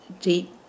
deep